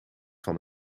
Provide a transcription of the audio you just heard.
van